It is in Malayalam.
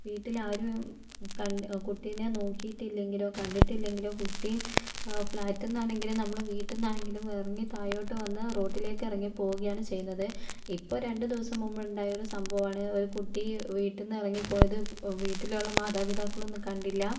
വീട്ടിലാരും കണ്ട് കുട്ടിയെ നോക്കിയിട്ടില്ലെങ്കിലോ കണ്ടിട്ടില്ലെങ്കിലോ കുട്ടി ഫ്ളാറ്റിൽ നിന്നാണെങ്കിലും നമ്മളുടെ വീട്ടിൽ നിന്നാണെങ്കിലും ഇറങ്ങി താഴോട്ട് വന്ന് റോഡിലേക്ക് ഇറങ്ങി പോകുകയാണ് ചെയ്യുന്നത് ഇപ്പം രണ്ട് ദിവസം മുൻപുണ്ടായ ഒരു സംഭവമാണ് ഒരു കുട്ടി വീട്ടിൽ നിന്ന് ഇറങ്ങി പോയത് വീട്ടിലുള്ള മാതാപിതാക്കളൊന്നും കണ്ടില്ല